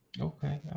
okay